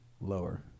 Lower